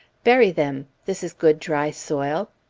bury them. this is good dry soil.